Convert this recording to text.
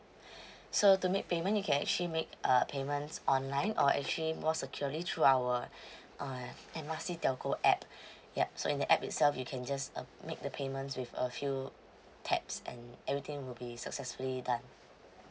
so to make payment you can actually make uh payments online or actually more securely through our uh M R C telco app yup so in the app itself you can just uh make the payments with a few tabs and everything will be successfully done